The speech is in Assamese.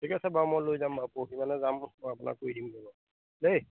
ঠিক আছে বাৰু মই লৈ যাম বাৰু পৰহি মানে যাম মই আপোনাক কৰি দিমগৈ বাৰু দেই